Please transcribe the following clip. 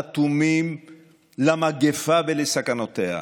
של קבוצת סיעת יש עתיד-תל"ם אחרי סעיף 1 לא נתקבלה.